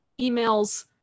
emails